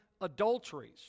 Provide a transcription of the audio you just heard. adulteries